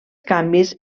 canvis